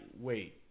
wait